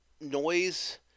noise